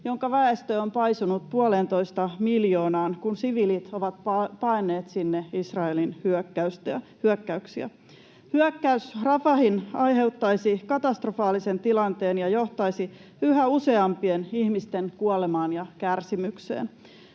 jonka väestö on paisunut puoleentoista miljoonaan, kun siviilit ovat paenneet sinne Israelin hyökkäyksiä. Hyökkäys Rafahiin aiheuttaisi katastrofaalisen tilanteen ja johtaisi yhä useampien ihmisten kuolemaan ja kärsimykseen.